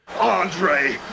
Andre